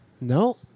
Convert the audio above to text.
No